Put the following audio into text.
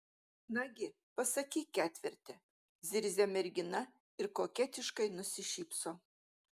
nagi pasakyk ketverte zirzia mergina ir koketiškai nusišypso